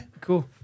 cool